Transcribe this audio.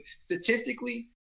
Statistically